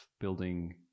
building